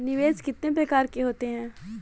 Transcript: निवेश कितने प्रकार के होते हैं?